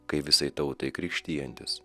kai visai tautai krikštijantis